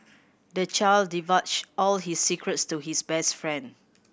the child divulged all his secrets to his best friend